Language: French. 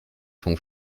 son